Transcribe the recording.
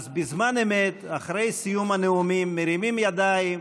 בזמן אמת אחרי סיום הנאומים מרימים ידיים,